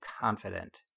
confident